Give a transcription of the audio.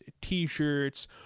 T-shirts